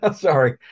sorry